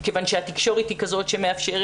כיוון שהתקשורת היא כזאת שמאפשרת,